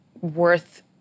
worth